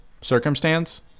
circumstance